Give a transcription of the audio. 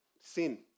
Sin